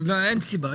אין סיבה.